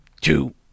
two